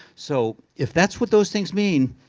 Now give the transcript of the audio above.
so, if that's what those things mean,